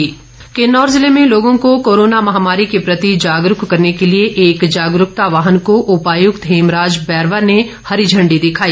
जागरूकता किन्नौर जिले में लोगों को कोरोना महामारी के प्रति जागरूक करने के लिए एक जागरूकता वाहन को उपायुक्त हेमराज बैरवा ने हरी झण्डी दिखाई